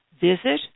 Visit